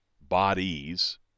bodies